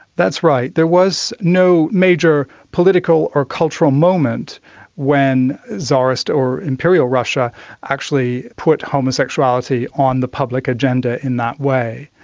that's right, there was no major political or cultural moment when tsarist or imperial russia actually put homosexuality on the public agenda in that way.